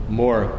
more